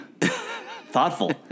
Thoughtful